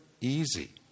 easy